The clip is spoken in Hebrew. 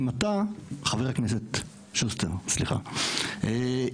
חבר הכנסת שוסטר סליחה,